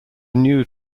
new